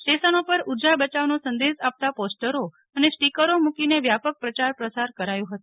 સ્ટેશનો પર ઉર્જા બચાવાનો સંદેશ આપતા પોસ્ટરો અને સ્ટીકરો મુકીને વ્યાપક પ્રચાર પ્રસાર કરાયો હતો